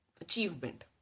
achievement